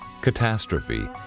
catastrophe